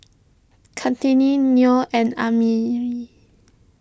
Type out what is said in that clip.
Kartini Nor and Ammir